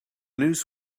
news